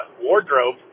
wardrobe